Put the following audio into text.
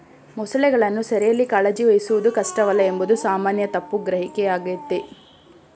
ಮೊಸಳೆಗಳನ್ನು ಸೆರೆಯಲ್ಲಿ ಕಾಳಜಿ ವಹಿಸುವುದು ಕಷ್ಟವಲ್ಲ ಎಂಬುದು ಸಾಮಾನ್ಯ ತಪ್ಪು ಗ್ರಹಿಕೆಯಾಗಯ್ತೆ